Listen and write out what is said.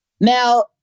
Now